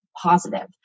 positive